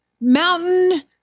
mountain